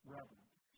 Reverence